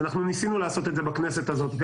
ניסינו לעשות את זה גם בכנסת הזאת,